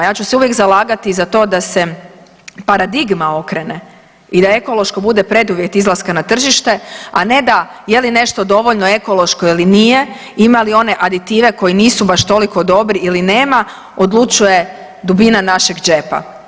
Ja ću se uvijek zalagati za to da se paradigma okrene i da ekološko bude preduvjet izlaska na tržište, a ne da je li nešto dovoljno ekološko ili nije, ima li one aditive koji nisu baš toliko dobri ili nema odlučuje dubina našeg džepa.